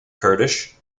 kurdish